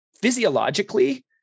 physiologically